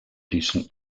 decent